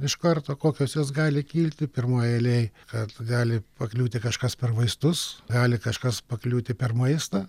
iš karto kokios jos gali kilti pirmoj eilėj kad gali pakliūti kažkas per vaistus gali kažkas pakliūti per maistą